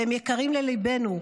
והם יקרים לליבנו,